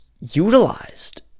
utilized